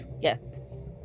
Yes